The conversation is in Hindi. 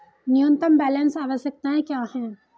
न्यूनतम बैलेंस आवश्यकताएं क्या हैं?